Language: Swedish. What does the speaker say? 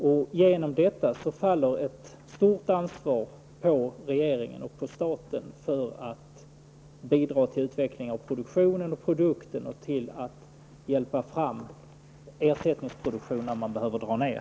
På grund av detta åvilar det staten och regeringen ett stort ansvar att bidra till utvecklingen av produktionen och produkterna och att få fram ersättningsproduktion när man behöver dra ner.